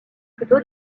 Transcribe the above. plutôt